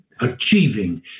achieving